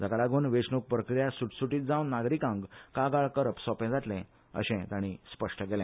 जाका लागुन वेचणुक प्रक्रिया सुटसुटीत जावन नागरिकांक कागाळ करप सोपे जातले अशे रावत हाणी स्पष्ट केले